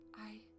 I-